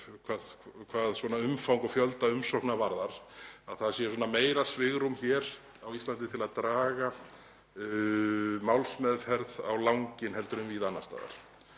hvað umfang og fjölda umsókna varðar, að það sé meira svigrúm hér á Íslandi til að draga málsmeðferð á langinn en víða annars staðar.